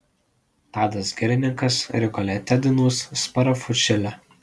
tadas girininkas rigolete dainuos sparafučilę